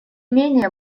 менее